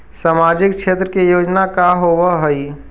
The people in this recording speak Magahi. सामाजिक क्षेत्र के योजना का होव हइ?